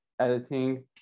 editing